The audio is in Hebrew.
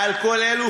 מעל כל אלו,